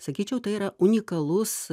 sakyčiau tai yra unikalus